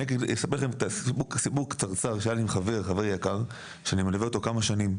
אני אספר לכם סיפור קצרצר שהיה לי עם חבר יקר שאני מלווה אותו כמה שנים.